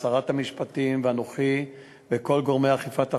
שרת המשפטים ואנוכי וכל גורמי אכיפת החוק,